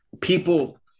people